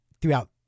throughout